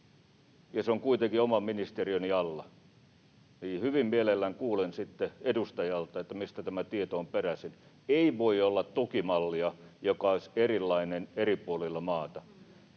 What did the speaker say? se on kuitenkin oman ministeriöni alla. Hyvin mielelläni kuulen sitten edustajalta, mistä tämä tieto on peräisin. Ei voi olla tukimallia, joka olisi erilainen eri puolilla maata.